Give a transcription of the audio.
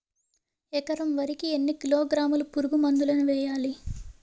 ఎకర వరి కి ఎన్ని కిలోగ్రాముల పురుగు మందులను వేయాలి?